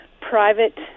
private